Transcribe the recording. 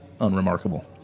unremarkable